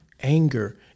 anger